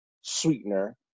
sweetener